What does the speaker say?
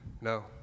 No